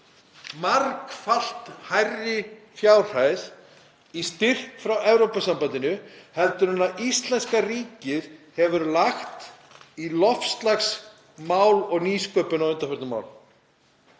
margfalt hærri fjárhæð í styrk frá Evrópusambandinu heldur en íslenska ríkið hefur lagt í loftslagsmál og nýsköpun á undanförnum